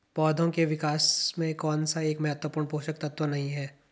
पौधों के विकास में कौन सा एक महत्वपूर्ण पोषक तत्व नहीं है?